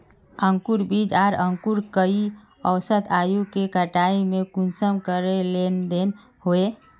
अंकूर बीज आर अंकूर कई औसत आयु के कटाई में कुंसम करे लेन देन होए?